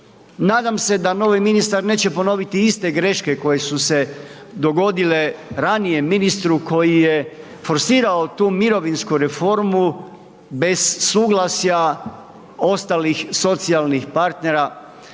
Nadam se da novi ministar neće ponoviti iste greške koje su se dogodile ranijem ministru koji je forsirao tu mirovinsku reformu bez suglasja ostalih socijalnih partnera,